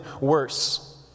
worse